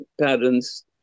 patterns